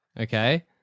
Okay